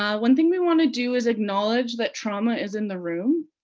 um one thing we wanna do is acknowledge that trauma is in the room.